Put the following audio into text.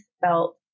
felt